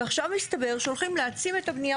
ועכשיו מסתבר שהולכים להעצים את הבנייה